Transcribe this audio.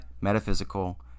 metaphysical